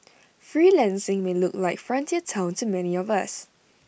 freelancing may look like frontier Town to many of us